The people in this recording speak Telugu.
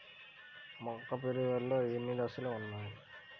మొక్క పెరుగుదలలో ఎన్ని దశలు వున్నాయి?